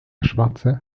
schwarze